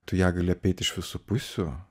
tu ją gali apeit iš visų pusių